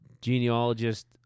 genealogist